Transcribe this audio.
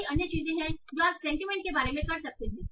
कई अन्य चीजें हैं जो आप सेंटीमेंट के बारे में कर सकते हैं